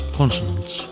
consonants